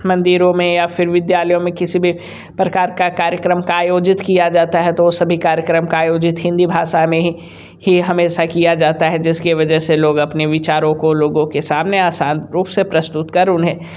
मंदिरों में या फिर विद्यालयों में किसी भी प्रकार का कार्यक्रम का आयोजित किया जाता है तो सभी कार्यक्रम का आयोजित हिंदी भाषा में ही हमेशा किया जाता है जिसके वजह से लोग अपने विचारों को लोगों के सामने आसान रूप से प्रस्तुत कर उन्हें